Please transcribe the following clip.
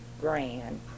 Grand